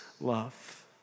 love